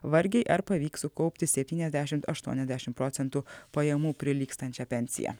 vargiai ar pavyks sukaupti septyniasdešimt aštuoniasdešimt procentų pajamų prilygstančią pensiją